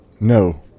No